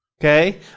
Okay